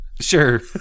Sure